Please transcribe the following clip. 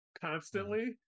constantly